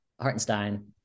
Hartenstein